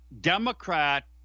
Democrat